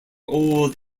old